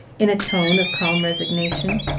in a tone of calm resignation.